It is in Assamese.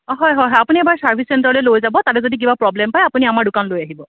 অঁ হয় হয় হয় আপুনি এবাৰ ছাৰ্ভিচ চেণ্টাৰলৈ লৈ যাব তাতে যদি কিবা প্ৰব্লেম পায় আপুনি আমাৰ দোকান লৈ আহিব